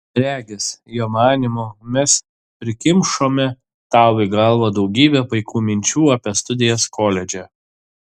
regis jo manymu mes prikimšome tau į galvą daugybę paikų minčių apie studijas koledže